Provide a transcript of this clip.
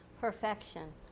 Perfection